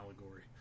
allegory